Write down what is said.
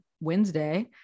Wednesday